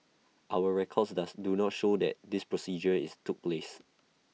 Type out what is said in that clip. our records dose do not show that this procedure is took place